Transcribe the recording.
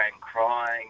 crying